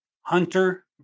Hunter